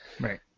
Right